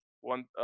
one